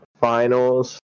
finals